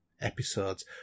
episodes